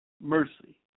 mercy